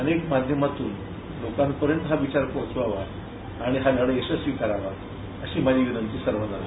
अनेक माध्यमातून लोकांपर्यंत हा विचार पोहचावा आणि लढा यशस्वी करावा अशी माझी विनंती सर्वांना राहीन